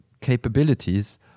capabilities